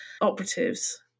operatives